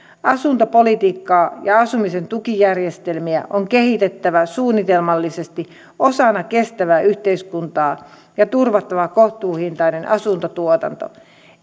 asuntopolitiikkaa ja asumisen tukijärjestelmiä on kehitettävä suunnitelmallisesti osana kestävää yhteiskuntaa ja turvattava kohtuuhintainen asuntotuotanto